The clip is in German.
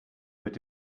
mit